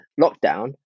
lockdown